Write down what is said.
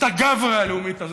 את הגברא הלאומית הזאת,